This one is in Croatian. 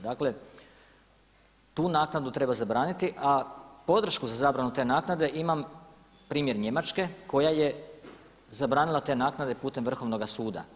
Dakle tu naknadu treba zabraniti a podršku za zabranu te naknade imam primjer Njemačke koja je zabranila te naknade putem vrhovnoga suda.